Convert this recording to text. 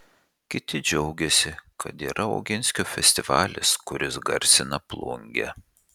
kiti džiaugiasi kad yra oginskio festivalis kuris garsina plungę